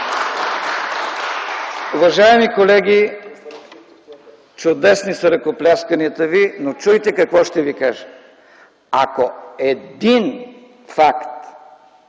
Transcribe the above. Уважаеми колеги, чудесни са ръкоплясканията ви, но чуйте какво ще ви кажа. Ако един факт,